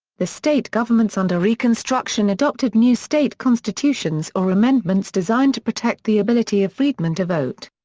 the state governments under reconstruction adopted new state constitutions or amendments designed to protect the ability of freedmen to vote.